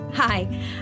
Hi